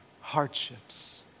hardships